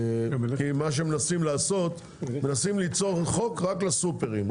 כי מה שמנסים לעשות, מנסים ליצור חוק רק לסופרים.